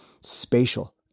spatial